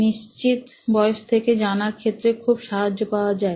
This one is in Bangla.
নিশ্চিত বয়স থেকে জানার ক্ষেত্রে খুব সাহায্য পাওয়া যায়